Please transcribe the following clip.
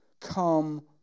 come